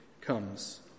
comes